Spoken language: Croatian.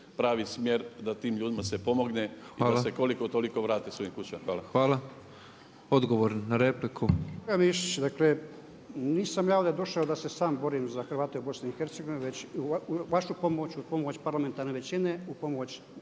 pravi smjer da se tim ljudima pomogne i da se koliko toliko vrate svojim kućama. Hvala. **Petrov, Božo (MOST)** Hvala. Odgovor na repliku. **Ljubić, Božo (HDZ)** … dakle nisam ja ovdje došao da se sam borim za Hrvate u BiH već uz vašu pomoć, uz pomoć parlamentarne većine, uz pomoć